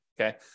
okay